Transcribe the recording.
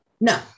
No